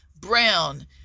brown